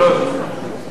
אלוהים הוא גדול.